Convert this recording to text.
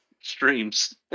streams